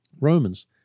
Romans